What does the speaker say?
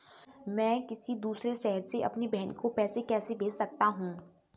मैं किसी दूसरे शहर से अपनी बहन को पैसे कैसे भेज सकता हूँ?